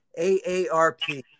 AARP